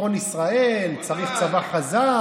ביטחון ישראל: צריך צבא חזק,